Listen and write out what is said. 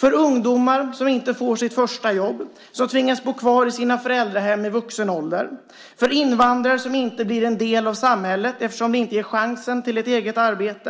Det är ungdomar som inte får sitt första jobb och tvingas bo kvar i sina föräldrahem i vuxen ålder. Det är invandrare som inte blir en del av samhället, eftersom vi inte ger chansen till ett eget arbete.